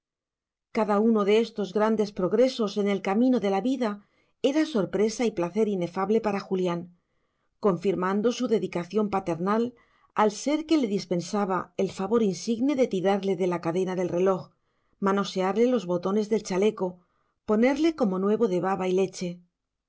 cada uno de estos grandes progresos en el camino de la vida era sorpresa y placer inefable para julián confirmando su dedicación paternal al ser que le dispensaba el favor insigne de tirarle de la cadena del reloj manosearle los botones del chaleco ponerle como nuevo de baba y leche